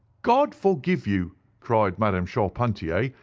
god forgive you cried madame charpentier,